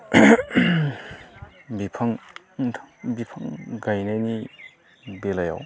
बिफां बिफां गायनायनि बेलायाव